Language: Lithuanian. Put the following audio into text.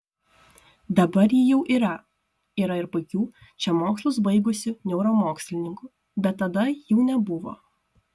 dabar ji jau yra yra ir puikių čia mokslus baigusių neuromokslininkų bet tada jų nebuvo